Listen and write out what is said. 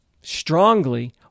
strongly